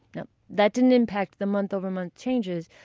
now, that didn't impact the month-over-month changes,